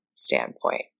standpoint